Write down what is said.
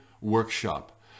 workshop